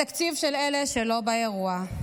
התקציב של אלה שלא באירוע.